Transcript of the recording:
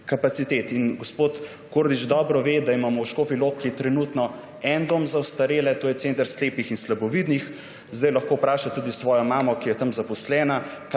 Gospod Kordiš dobro ve, da imamo v Škofji Loki trenutno en dom za ostarele, to je Center slepih in slabovidnih. Sedaj lahko vpraša tudi svojo mamo, ki je tam zaposlena,